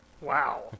Wow